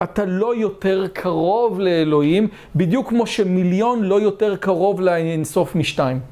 אתה לא יותר קרוב לאלוהים בדיוק כמו שמיליון לא יותר קרוב לאינסוף משתיים.